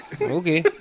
Okay